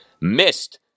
missed